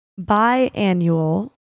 biannual